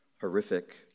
horrific